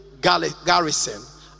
garrison